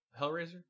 Hellraiser